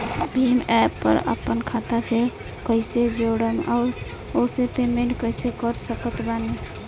Bhim app पर आपन खाता के कईसे जोड़म आउर ओसे पेमेंट कईसे कर सकत बानी?